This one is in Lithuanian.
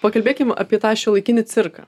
pakalbėkim apie tą šiuolaikinį cirką